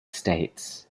states